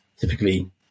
typically